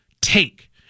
take